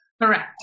Correct